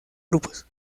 grupos